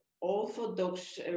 orthodox